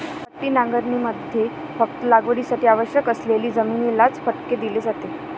पट्टी नांगरणीमध्ये फक्त लागवडीसाठी आवश्यक असलेली जमिनीलाच फटके दिले जाते